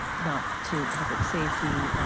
not to public safety.